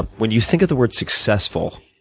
when you think of the word successful,